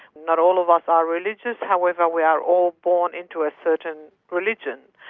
not all of us are religious, however we are all born into a certain religion.